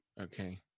Okay